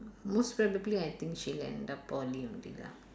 most probably I think she'll end up poly only lah